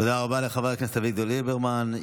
תודה רבה לחבר הכנסת אביגדור ליברמן.